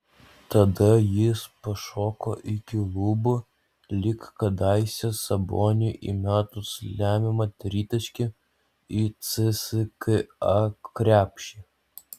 tada jis pašoko iki lubų lyg kadaise saboniui įmetus lemiamą tritaškį į cska krepšį